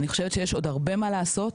אני חושבת שיש עוד הרבה מה לעשות,